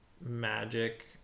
magic